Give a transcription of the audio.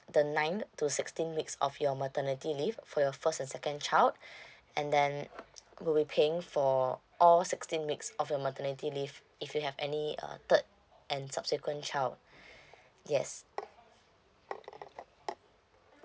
the nine to sixteen weeks of your maternity leave for your first and second child and then we'll be paying for all sixteen weeks of your maternity leave if you have any uh third and subsequent child yes